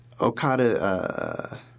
Okada